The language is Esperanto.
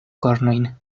kornojn